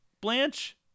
Blanche